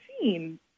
seen